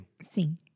Sim